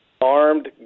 Armed